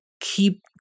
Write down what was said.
keep